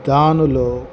దానిలో